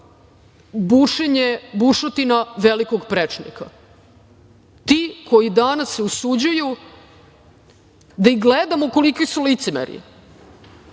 bušenje bušotina velikog prečnika. Ti koji se danas usuđuju da ih gledamo koliki su licemeri,